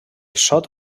sot